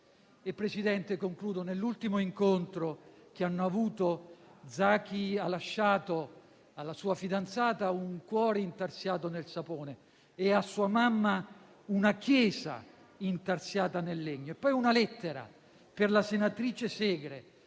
Presidente, nell'ultimo incontro che hanno avuto, Zaki ha lasciato alla sua fidanzata un cuore intarsiato nel sapone, a sua mamma una chiesa intarsiata nel legno e poi una lettera per la senatrice Segre,